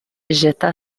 jeta